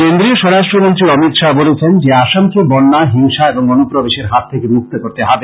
কেন্দ্রীয় স্বরাষ্ট্রমন্ত্রী অমিত শাহ বলেছেন যে আসামকে বন্যা হিংসা এবং অনুপ্রবেশের হাত থেকে মুক্ত করতে হবে